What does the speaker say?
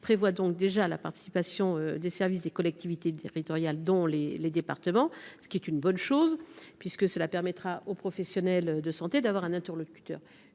prévoit déjà la participation des services des collectivités territoriales, dont les départements, ce qui est une bonne chose, puisque cela permettra aux professionnels de santé d’avoir un interlocuteur